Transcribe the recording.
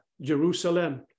Jerusalem